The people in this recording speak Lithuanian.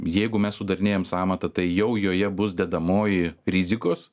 jeigu mes sudarinėjam sąmatą tai jau joje bus dedamoji rizikos